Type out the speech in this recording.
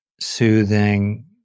soothing